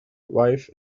wife